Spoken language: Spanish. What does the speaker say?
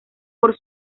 por